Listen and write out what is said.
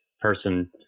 person